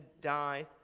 die